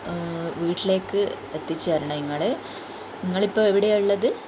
വീട്ടിലേക്ക് എത്തിച്ചരണം ഇങ്ങൾ ഇങ്ങൾ ഇപ്പം എവിടെയാണ് ഉള്ളത്